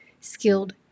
skilled